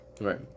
Right